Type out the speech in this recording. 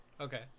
Okay